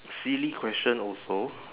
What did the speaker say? silly question also